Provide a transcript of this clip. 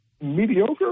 mediocre